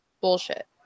bullshit